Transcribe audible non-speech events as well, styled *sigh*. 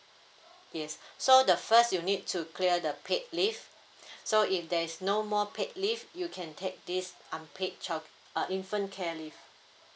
yes so the first you need to clear the paid leave *breath* so if there is no more paid leave you can take this unpaid child uh infant care leave